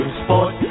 sport